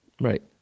Right